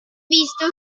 visto